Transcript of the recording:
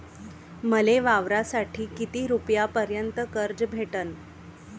मले वावरासाठी किती रुपयापर्यंत कर्ज भेटन?